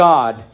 God